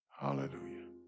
Hallelujah